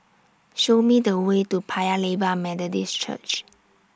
Show Me The Way to Paya Lebar Methodist Church